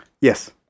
Yes